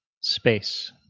space